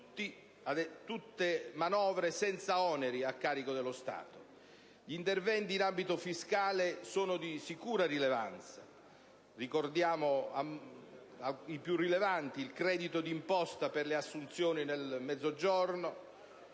tutte misure senza oneri a carico dello Stato. Gli interventi in ambito fiscale sono di sicura rilevanza: tra i più importanti ricordiamo il credito d'imposta per le assunzioni nel Mezzogiorno